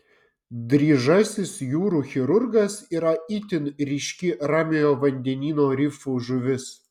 dryžasis jūrų chirurgas yra itin ryški ramiojo vandenyno rifų žuvis